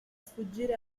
sfuggire